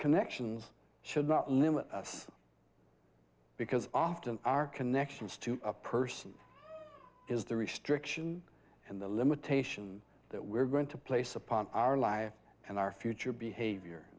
connections should not limit us because often our connections to a person is the restriction and the limitation that we're going to place upon our life and our future behavior